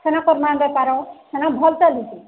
କରିବା ବେପାର ଭଲ ଚାଲୁଛି